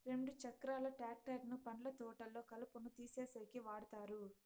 రెండు చక్రాల ట్రాక్టర్ ను పండ్ల తోటల్లో కలుపును తీసేసేకి వాడతారు